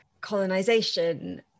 colonization